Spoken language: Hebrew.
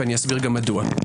ואסביר מדוע.